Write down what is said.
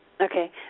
Okay